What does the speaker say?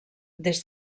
des